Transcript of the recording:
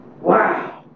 Wow